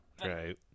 Right